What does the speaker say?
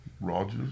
Rogers